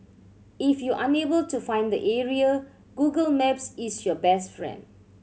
if you unable to find the area Google Maps is your best friend